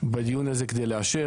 בדיון הזה כדי לאשר.